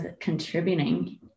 contributing